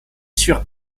sur